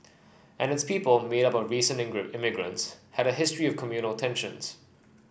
and its people made up of recent immigrants had a history of communal tensions